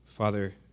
Father